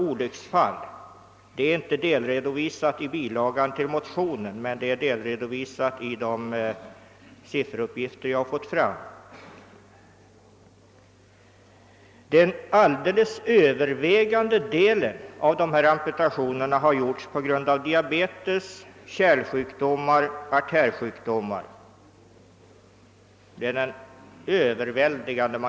Detta är inte delredovisat i bilagan till motionsparet men däremot i de sifferuppgifter jag fått. Den alldeles övervägande delen av amputationerna har gjorts på grund av diabetes, kärlsjukdomar och artärsjukdomar.